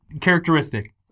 characteristic